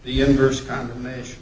the universe condemnation